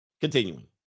continuing